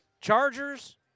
Chargers